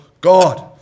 God